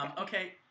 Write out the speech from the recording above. okay